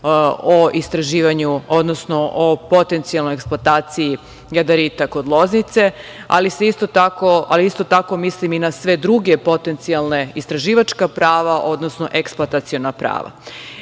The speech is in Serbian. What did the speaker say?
o istraživanju, odnosno o potencijalnoj aksploataciji jadarita kod Loznice, ali isto tako mislim i na sve druge potencijalna istraživačka prava, odnosno eksplotaciona prava. Druga